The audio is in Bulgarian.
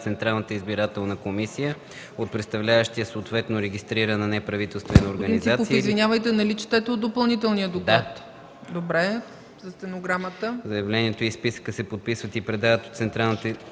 Централната избирателна комисия от представляващия съответната регистрирана неправителствена организация